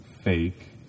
fake